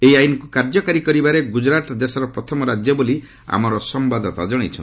ଏହି ଆଇନ୍କୁ କାର୍ଯ୍ୟକାରି କରିବାରେ ଗୁଜରାଟ ଦେଶର ପ୍ରଥମ ରାଜ୍ୟ ବୋଲି ଆମର ସମ୍ଭାଦଦାତା ଜଣାଇଛନ୍ତି